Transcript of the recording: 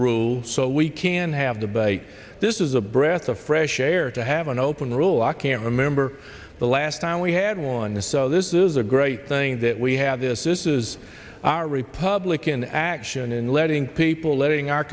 rule so we can have debate this is a breath of fresh air to have an open rule i can't remember the last time we had one so this is a great thing that we have this is a republican action and letting people letting our